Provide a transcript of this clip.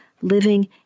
living